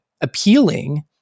appealing